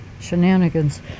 shenanigans